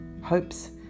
Hopes